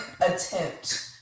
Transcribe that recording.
attempt